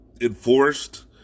enforced